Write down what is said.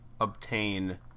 obtain